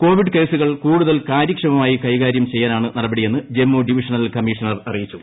Covid കേസുകൾ കൂടുതൽ കാര്യക്ഷമമായി കൈകാര്യം ചെയ്യാനാണ് നടപടിയെന്ന് ജമ്മു ഡിവിഷണൽ കമ്മിഷണർ അറിയിച്ചു